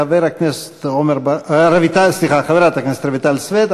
חברת הכנסת רויטל סויד.